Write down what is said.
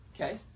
Okay